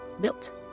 built